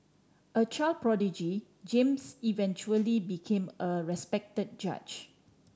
a child prodigy James eventually became a respected judge